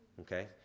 okay